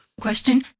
Question